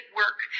work